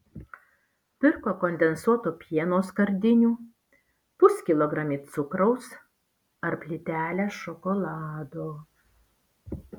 pirko kondensuoto pieno skardinių puskilogramį cukraus ar plytelę šokolado